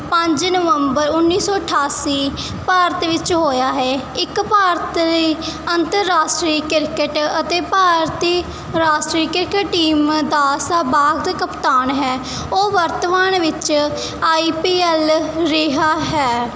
ਪੰਜ ਨਵੰਬਰ ਉਨੀ ਸੌ ਅਠਾਸੀ ਭਾਰਤ ਵਿੱਚ ਹੋਇਆ ਹੈ ਇੱਕ ਭਾਰਤੀ ਅੰਤਰਰਾਸ਼ਟਰੀ ਕ੍ਰਿਕਟ ਅਤੇ ਭਾਰਤੀ ਰਾਸ਼ਟਰੀ ਕ੍ਰਿਕਟ ਟੀਮ ਦਾ ਕਪਤਾਨ ਹੈ ਉਹ ਵਰਤਮਾਨ ਵਿੱਚ ਆਈ ਪੀ ਐਲ ਰਿਹਾ ਹੈ